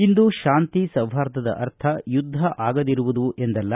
ಇಂದು ಶಾಂತಿ ಸೌಹಾರ್ದದ ಅರ್ಥ ಯುದ್ದ ಆಗದಿರುವುದು ಎಂದಲ್ಲ